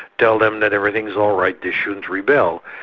tell them that everything's all right, they shouldn't rebel.